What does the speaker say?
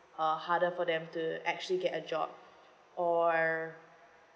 uh harder for them to actually get a job or